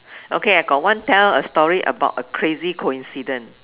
okay I got one tell a story about a crazy coincidence